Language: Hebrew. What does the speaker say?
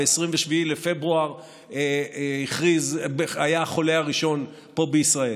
ב-27 בפברואר היה החולה הראשון פה בישראל,